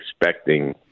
expecting